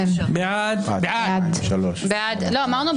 מי נגד?